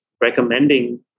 recommending